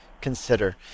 consider